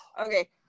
Okay